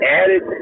added